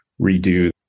redo